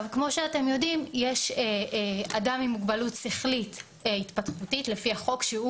כמו שאתם יודעים יש אדם עם מוגבלות שכלית-התפתחותית לפי החוק,